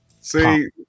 See